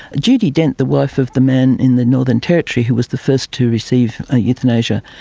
judy dent, the wife of the man in the northern territory who was the first to receive euthanasia,